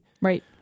right